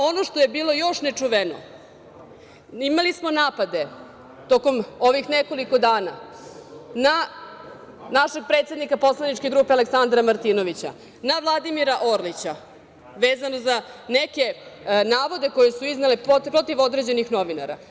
Ono što je bilo još nečuveno, imali smo napade tokom ovih nekoliko dana na našeg predsednika poslaničke grupe Aleksandra Martinovića, na Vladimira Orlića, vezano za neke navode koje su iznele protiv određenih novinara.